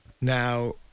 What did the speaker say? Now